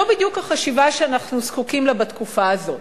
זו בדיוק החשיבה שאנחנו זקוקים לה בתקופה הזאת.